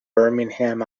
birmingham